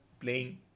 playing